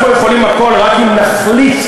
אנחנו יכולים הכול רק אם נחליט,